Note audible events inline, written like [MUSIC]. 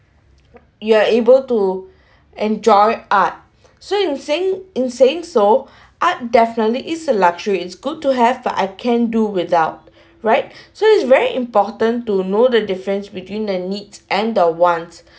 you are able to [BREATH] enjoy art so in saying in saying so [BREATH] art definitely is a luxury it's good to have but I can do without right so it's very important to know the difference between the needs and the wants